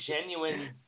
genuine